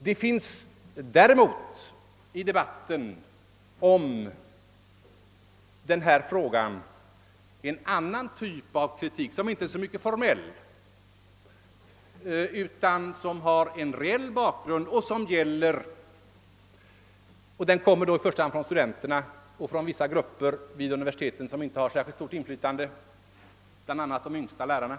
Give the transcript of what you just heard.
Det finns emellertid i debatten om denna fråga en annan typ av kritik, som inte är av lika formell art utan som har reell bakgrund. Den kritiken kommer i första hand från studenterna och från vissa grupper vid universiteten, som inte har så särskilt stort inflytande, bl.a. de yngsta lärarna.